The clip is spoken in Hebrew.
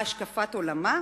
מה השקפת עולמה?